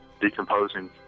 decomposing